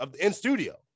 in-studio